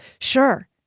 Sure